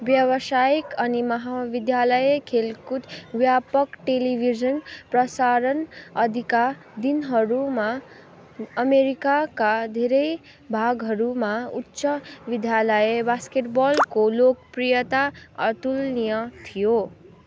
व्यावसायिक अनि महाविद्यालय खेलकुद व्यापक टेलिभिजन प्रसारण अदिका दिनहरूमा अमेरिकाका धेरै भागहरूमा उच्च विद्यालय बास्केटबलको लोकप्रियता अतुलनीय थियो